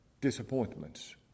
disappointments